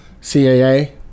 CAA